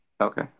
okay